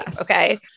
Okay